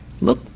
Look